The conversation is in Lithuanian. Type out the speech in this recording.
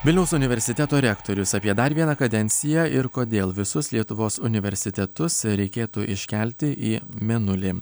vilniaus universiteto rektorius apie dar vieną kadenciją ir kodėl visus lietuvos universitetus reikėtų iškelti į mėnulį